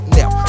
now